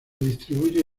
distribuye